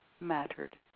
mattered